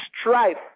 strife